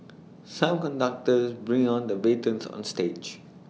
some conductors bring on the batons on stage